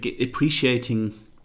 appreciating